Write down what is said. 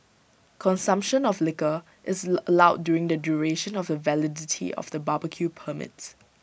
consumption of liquor is allowed during the duration of the validity of the barbecue permit